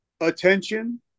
attention